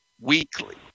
weekly